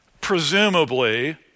presumably